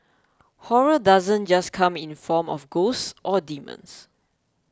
horror doesn't just come in the form of ghosts or demons